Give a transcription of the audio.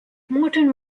morton